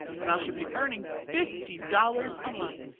and i shall be earning fifty dollars a month!